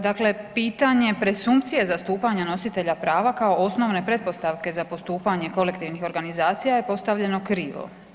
Dakle, pitanje presumpcije zastupanja nositelja prava kao osnovne pretpostavke za postupanje kolektivnih organizacija je postavljeno krivo.